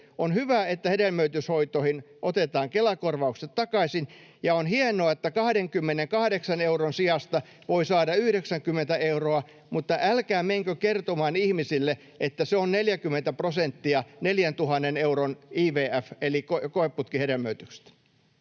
on hyvä, että hedelmöityshoitoihin otetaan Kela-korvaukset takaisin, ja on hienoa, että 28 euron sijasta voi saada 90 euroa, mutta älkää menkö kertomaan ihmisille, että se on 40 prosenttia 4 000 euron IVF- eli koeputkihedelmöityksestä.